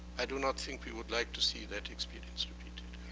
i do not think we would like to see that experience repeated.